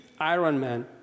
Ironman